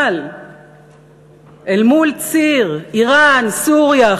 אבל אל מול ציר איראן-סוריה-"חיזבאללה"